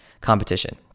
competition